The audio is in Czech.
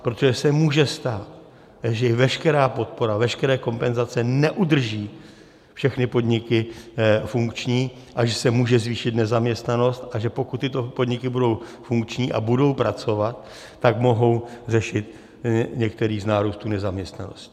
Protože se může stát, že i veškerá podpora, veškeré kompenzace neudrží všechny podniky funkční a že se může zvýšit nezaměstnanost, a že pokud tyto podniky budou funkční a budou pracovat, tak mohou řešit některý z nárůstu nezaměstnanosti.